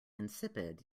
insipid